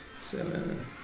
Seven